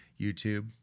YouTube